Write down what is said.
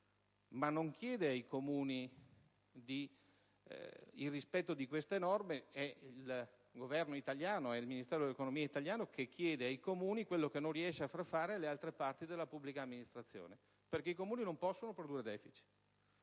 Ma non chiede ai Comuni il rispetto di queste norme. È il Governo italiano, il Ministero dell'economia italiano che chiede ai Comuni quello che non riesce a far fare alle altre parti della pubblica amministrazione, perché i Comuni non possono produrre *deficit*.